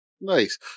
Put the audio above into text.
Nice